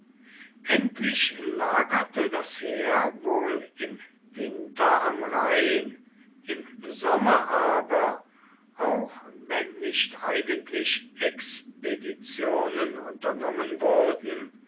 endlich lagerte das heer wohl im winter am rhein im sommer aber auch wenn nicht eigentlich expeditionen unternommen wurden